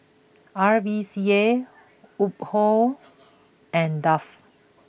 R V C A Woh Hup and Dove